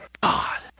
God